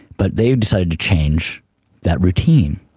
but they decided to change that routine,